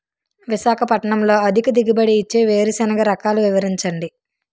విశాఖపట్నంలో అధిక దిగుబడి ఇచ్చే వేరుసెనగ రకాలు వివరించండి?